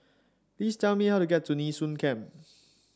please tell me how to get to Nee Soon Camp